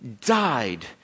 died